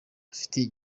afitiye